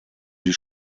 die